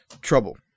trouble